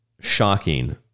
shocking